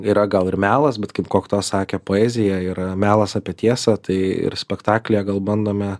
yra gal ir melas bet kaip kokto sakė poezija yra melas apie tiesą tai ir spektaklyje gal bandome